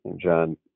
John